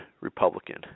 Republican